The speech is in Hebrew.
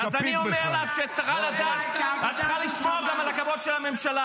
אז אני אומר לך שאת צריכה לשמור גם על הכבוד של הממשלה.